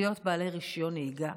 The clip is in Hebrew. להיות בעלי רישיון נהיגה,